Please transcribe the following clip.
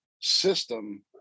system